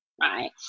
right